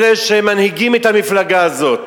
אלה שמנהיגים את המפלגה הזאת.